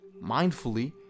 mindfully